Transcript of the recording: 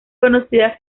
conocidas